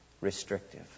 restrictive